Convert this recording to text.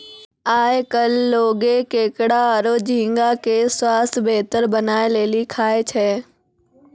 आयकल लोगें केकड़ा आरो झींगा के स्वास्थ बेहतर बनाय लेली खाय छै